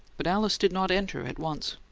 but alice did not enter at once.